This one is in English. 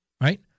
right